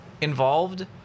involved